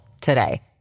today